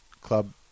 club